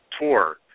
tour